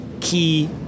key